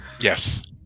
Yes